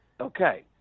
Okay